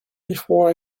before